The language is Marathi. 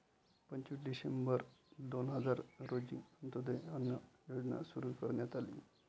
पंचवीस डिसेंबर दोन हजार रोजी अंत्योदय अन्न योजना सुरू करण्यात आली